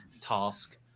task